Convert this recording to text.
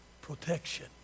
protection